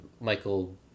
Michael